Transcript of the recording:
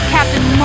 Captain